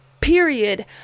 Period